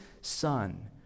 Son